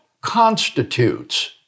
constitutes